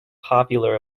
popular